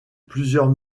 plusieurs